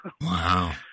Wow